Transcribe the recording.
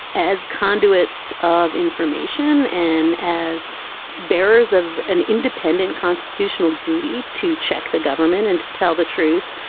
as conduits of information and as bearers of an independent constitutional duty to check the government and to tell the truth,